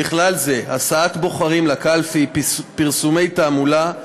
ובכללם הסעת בוחרים לקלפי ופרסומי תעמולה,